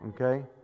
Okay